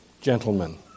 Gentlemen